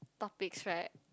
topics right